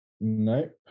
Nope